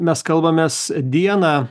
mes kalbamės dieną